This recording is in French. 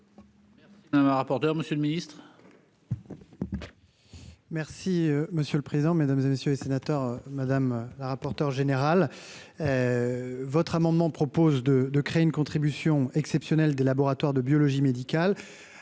d'euros. Un rapporteur, Monsieur le Ministre. Merci monsieur le président, Mesdames et messieurs les sénateurs Madame la rapporteure générale votre amendement propose de de créer une contribution exceptionnelle de laboratoires de biologie médicale